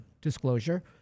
disclosure